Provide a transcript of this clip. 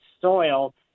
soil